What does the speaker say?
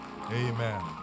amen